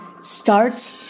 starts